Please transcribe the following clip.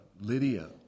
Lydia